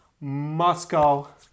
Moscow